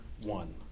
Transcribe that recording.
one